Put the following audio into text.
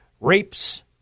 rapes